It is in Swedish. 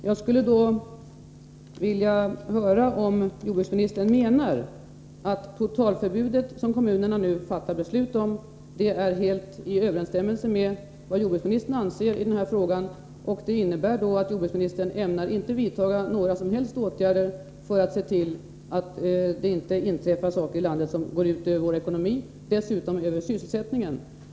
Herr talman! Menar då jordbruksministern att de totalförbud som kommunerna fattar beslut om är helt i överensstämmelse med vad jordbruksministern anser i denna fråga och att jordbruksminsitern inte ämnar vidta några som helst åtgärder för att se till att det inte inträffar saker som går ut över vår ekonomi och sysselsättning?